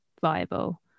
viable